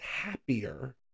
happier